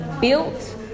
built